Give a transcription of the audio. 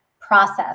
process